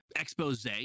expose